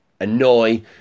annoy